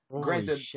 Granted